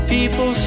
People